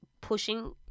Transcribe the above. pushing